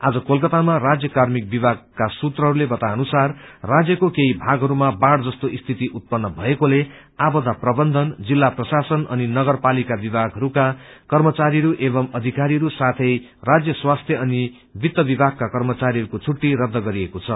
आज कलकतामा राज्य कार्मिक विभागा सूत्रहरूले बताए अनुसार राज्यको केही भागहरूमा बाढ़ जस्तो स्थिति उत्पन्न भएकोले आपदा प्रबन्धन जिल्ला प्रशासन अनि नगरपालिका विभागहरूका कर्मचारीहरू एवं अधिकारीहरू साथै राज्य स्वास्थ्य अनि वित्त विभागका कर्मचारीहरूको छुट्टी रद्द गरिदिएको छ